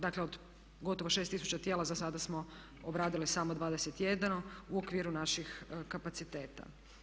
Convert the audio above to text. Dakle, od gotovo 6000 tijela zasada smo obradili samo 21, u okviru naših kapaciteta.